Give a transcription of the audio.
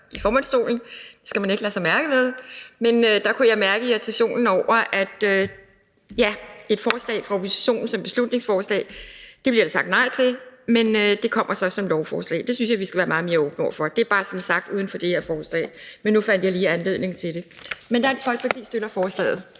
tidligere. Det skal man ikke lade sig mærke med, men der kunne jeg mærke irritationen over, at et forslag fra oppositionen, fremsat som beslutningsforslag, bliver der sagt nej til, men det kommer så som lovforslag. Det synes jeg vi skal være meget mere åbne over for. Det er bare sagt sådan uden for det her forslag – men nu fandt jeg lige anledning til det. Dansk Folkeparti støtter forslaget.